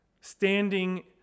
standing